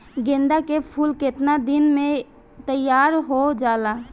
गेंदा के फूल केतना दिन में तइयार हो जाला?